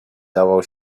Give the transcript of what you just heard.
dawał